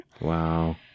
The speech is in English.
Wow